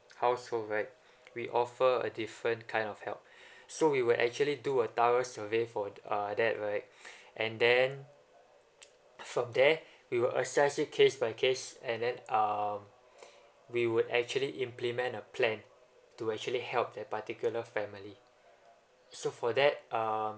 household right we offer a different kind of help so we will actually do a thorough survey for the uh that right and then from there we will assess it case by case and then um we would actually implement a plan to actually help that particular family so for that um